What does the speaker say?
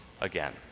again